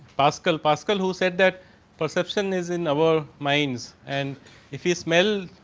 pascal. pascal who said that perception is in our minds. and if is smell,